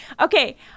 Okay